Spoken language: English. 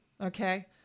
Okay